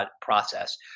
process